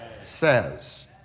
says